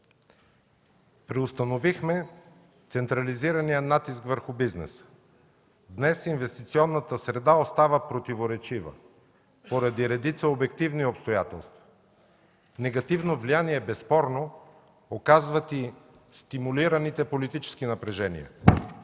Преустановихме централизирания натиск върху бизнеса. Днес инвестиционната среда остава противоречива поради редица обективни обстоятелства. Негативно влияние безспорно оказват и стимулираните политически напрежения,